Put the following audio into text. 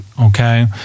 okay